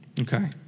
Okay